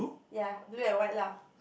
ya blue and white lah